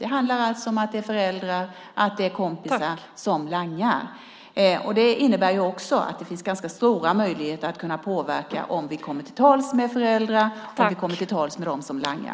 Det handlar alltså om att det är föräldrar och kompisar som langar. Det innebär också att det finns ganska stora möjligheter att påverka om vi kommer till tals med föräldrar och med dem som langar.